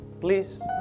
Please